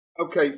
Okay